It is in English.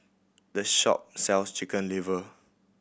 this shop sells Chicken Liver